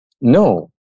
No